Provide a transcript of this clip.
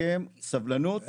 מכם סבלנות, תנו לי לדבר.